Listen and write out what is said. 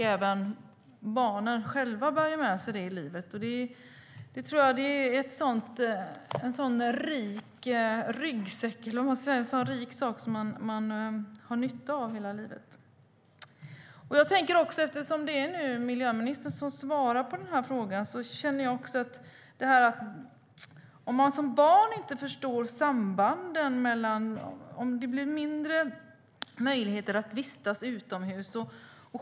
Det tror jag är en rik sak, en ryggsäck, som man har nytta av hela livet. Nu är det miljöministern som svarar på frågan. Som barn kanske man inte förstår sambanden när det blir mindre möjligheter att vistas utomhus.